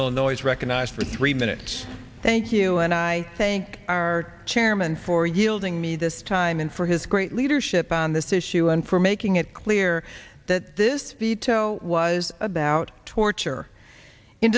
illinois is recognized for three minutes thank you and i thank our chairman for yielding me this time and for his great leadership on this issue and for making it clear that this veto was about torture in